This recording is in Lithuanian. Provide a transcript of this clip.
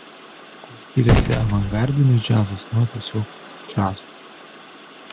kuo skiriasi avangardinis džiazas nuo tiesiog džiazo